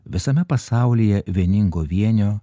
visame pasaulyje vieningo vienio